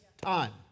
time